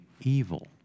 evil